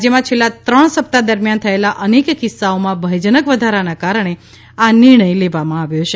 રાજ્યમાં છેલ્લા ત્રણ સપ્તાહ દરમિયાન થયેલા અનેક કિસ્સાઓમાં ભયજનક વધારાને કારણે આ નિર્ણય લેવામાં આવ્યો છે